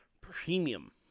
premium